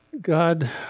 God